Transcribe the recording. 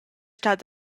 stat